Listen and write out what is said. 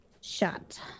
shot